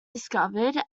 discovered